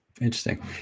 interesting